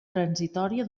transitòria